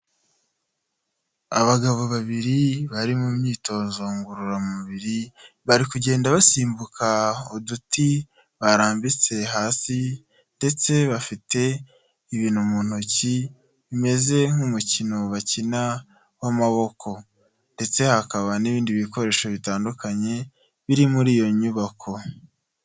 Abagabo babiri bari mu myitozo ngororamubiri, bari kugenda basimbuka uduti barambitse hasi ndetse bafite ibintu mu ntoki bimeze nk'umukino bakina w'amaboko, ndetse hakaba n'ibindi bikoresho bitandukanye biri muri iyo nyubako.